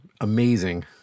amazing